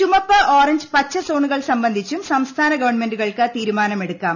ചുമപ്പ് ഓറഞ്ച് പച്ച ് സോണുകൾ സംബന്ധിച്ചും സംസ്ഥാന ഗവൺമെന്റുകൾക്ക് തീരുമാനമെടുക്കാം